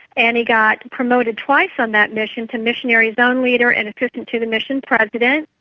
and he got promoted twice on that mission to missionary zone leader and assistant to the mission president.